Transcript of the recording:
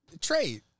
Trade